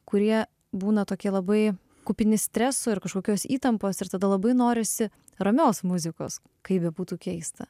kurie būna tokie labai kupini streso ir kažkokios įtampos ir tada labai norisi ramios muzikos kaip bebūtų keista